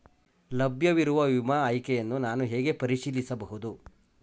ಲಭ್ಯವಿರುವ ವಿಮಾ ಆಯ್ಕೆಗಳನ್ನು ನಾನು ಹೇಗೆ ಪರಿಶೀಲಿಸಬಹುದು?